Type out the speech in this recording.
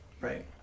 Right